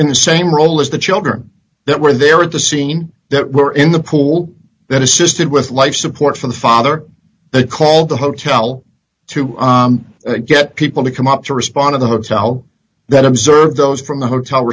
in the same role as the children that were there at the scene that were in the pool that assisted with life support from the father the called the hotel to get people to come up to respond to the hotel that observed those from the hotel